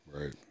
right